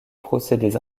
procédés